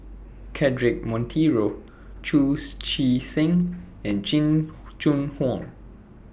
Cedric Monteiro Chu's Chee Seng and Jing Jun Hong